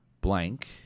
blank